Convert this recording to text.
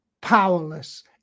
powerless